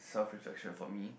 self reflection for me